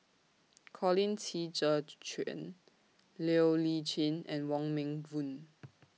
Colin Qi Zhe Quan Siow Lee Chin and Wong Meng Voon